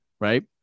Right